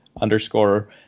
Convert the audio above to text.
underscore